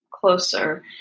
closer